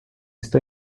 está